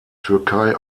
türkei